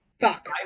Fuck